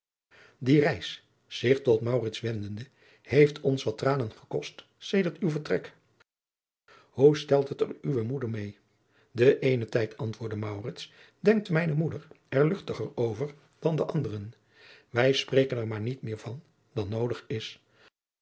die reis zich tot maurits wendende heeft ons wat tranen gekost sedert uw vertrek hoe stelt het er uwe moeder meê den eenen tijd antwoordde maurits denkt mijne moeder er luchtiger over dan den anderen wij spreken er maar niet meer van dan noodig is